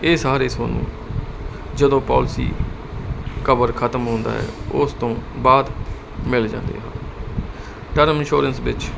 ਇਹ ਸਾਰੇ ਤੁਹਾਨੂੰ ਜਦੋਂ ਪੋਲਸੀ ਕਵਰ ਖਤਮ ਹੁੰਦਾ ਉਸ ਤੋਂ ਬਾਅਦ ਮਿਲ ਜਾਂਦੇ ਹਨ ਟਰਮ ਇਨਸ਼ੋਰੈਂਸ ਵਿੱਚ